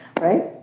right